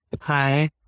Hi